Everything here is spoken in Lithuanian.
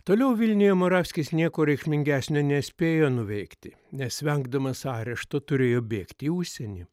toliau vilniuje moravskis nieko reikšmingesnio nespėjo nuveikti nes vengdamas arešto turėjo bėgti į užsienį